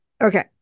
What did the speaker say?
Okay